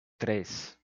tres